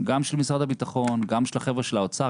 גם של משרד הביטחון וגם של החבר'ה של האוצר,